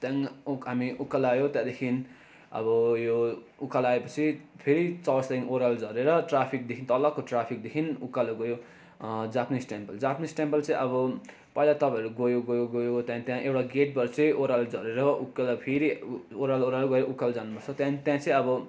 त्यहाँदेखि उक हामी उकालो आयो त्यहाँदेखि अब यो उकालो आएपछि फेरि चौरास्तादेखि ओह्रालो झरेर ट्राफिकदेखि तलको ट्राफिकदेखि उकालो गयो जापानिज टेम्पल जापानिज टेम्पल चाहिँ अब पहिला तपाईँहरू गयो गयो गयो त्यहाँदेखि त्यहाँ एउटा गेटबाट चाहिँ ओह्रालो झरेर उकालो फेरि ओह्रालो ओह्रालो गयो उकालो जानुपर्छ त्यहाँदेखि त्यहाँ चाहिँ अब